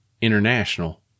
International